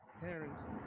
parents